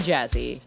Jazzy